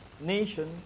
nation